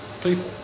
people